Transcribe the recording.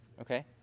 Okay